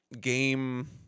game